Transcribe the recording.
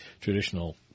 traditional